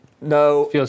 No